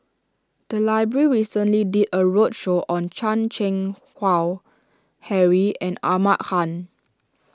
the library recently did a roadshow on Chan Keng Howe Harry and Ahmad Khan